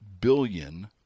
billion